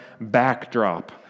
backdrop